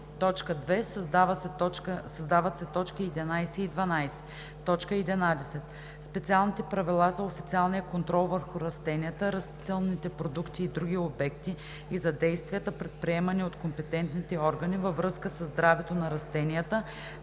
2. Създават се т. 11 и 12: „11. специалните правила за официалния контрол върху растения, растителни продукти и други обекти и за действията, предприемани от компетентните органи във връзка със здравето на растенията,